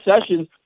Sessions